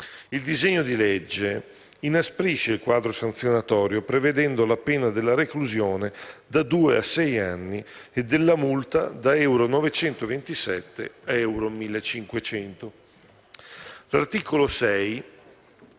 Il disegno di legge inasprisce il quadro sanzionatorio, prevedendo la pena della reclusione da due a sei anni e della multa da euro 927 a euro 1.500. L'articolo 6